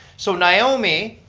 so naomi,